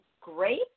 great